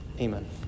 Amen